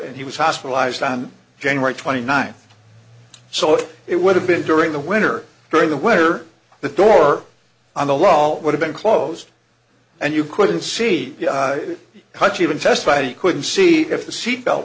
and he was hospitalized on january twenty ninth so it would have been during the winter during the winter the door on the law would have been closed and you couldn't see touch even testified you couldn't see if the seat belt